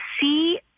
see